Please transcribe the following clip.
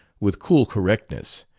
with cool correctness.